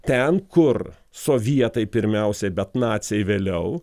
ten kur sovietai pirmiausia bet naciai vėliau